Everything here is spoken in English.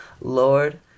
Lord